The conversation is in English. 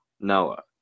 Noah